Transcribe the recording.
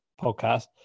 podcast